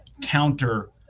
counter